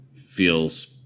feels